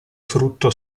frutto